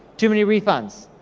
too many refunds.